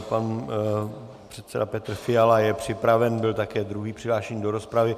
Pan předseda Petr Fiala je připraven, byl také druhý přihlášený do rozpravy.